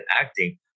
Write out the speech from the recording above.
acting